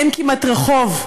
אין כמעט רחוב,